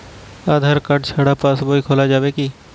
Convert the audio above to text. আধার card ছাড়া পাশবই খোলা যাবে কি?